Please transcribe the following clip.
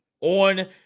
On